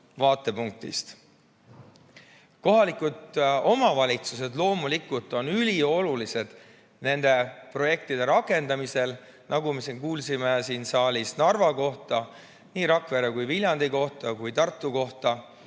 vaatepunktist. Kohalikud omavalitsused loomulikult on üliolulised nende projektide rakendamisel, nagu me kuulsime siin saalis Narva kohta, nii Rakvere kui Viljandi kohta, samuti Tartu kohta.